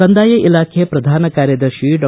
ಕಂದಾಯ ಇಲಾಖೆ ಪ್ರಧಾನ ಕಾರ್ಯದರ್ಶಿ ಡಾ